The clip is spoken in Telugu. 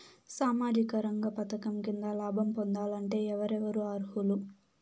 సామాజిక రంగ పథకం కింద లాభం పొందాలంటే ఎవరెవరు అర్హులు?